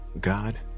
God